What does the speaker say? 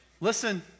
Listen